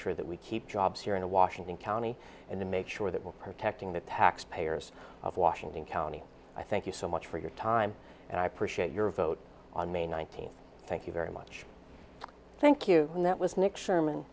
sure that we keep jobs here in washington county and to make sure that we're protecting the taxpayers of washington county i thank you so much for your time and i appreciate your vote on may nineteenth thank you very much thank you that was nick sherman